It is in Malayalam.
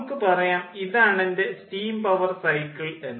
നമുക്ക് പറയാം ഇതാണ് എൻ്റെ സ്റ്റീം പവർ സൈക്കിൾ എന്ന്